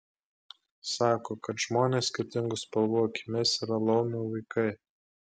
sako kad žmonės skirtingų spalvų akimis yra laumių vaikai